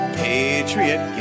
patriot